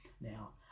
Now